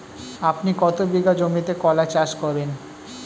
আপনি কত বিঘা জমিতে কলা চাষ করেন?